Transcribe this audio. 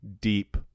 deep